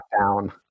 lockdown